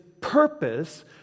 purpose